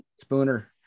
Spooner